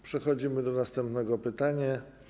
Przechodzimy do następnego pytania.